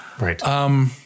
Right